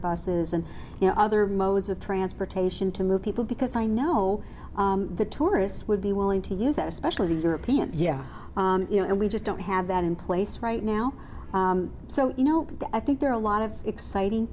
buses and you know other modes of transportation to move people because i know the tourists would be willing to use that especially the europeans yeah you know and we just don't have that in place right now so you know i think there are a lot of exciting